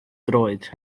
droed